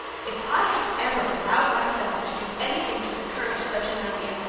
if i have ever allowed myself to do anything to encourage such an idea,